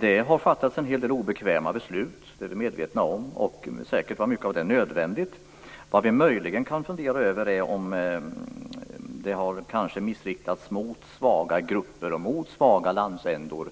Det har fattats en hel del obekväma beslut; det är vi medvetna om. Mycket av det var säkert nödvändigt. Vad vi möjligen kan fundera över är om åtgärderna felaktigt har kommit att riktas mot svaga grupper och mot svaga landsändar.